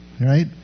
right